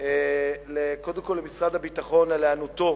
קודם כול לשר הביטחון על היענותו